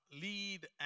lead